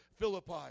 Philippi